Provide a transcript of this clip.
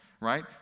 right